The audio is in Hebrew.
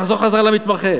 נחזור חזרה למתמחה.